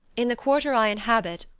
in the quarter i inhabit,